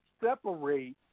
separate